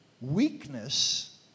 weakness